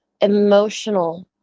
emotional